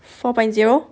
four point zero